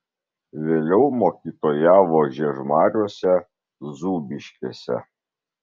vėliau mokytojavo žiežmariuose zūbiškėse